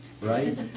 right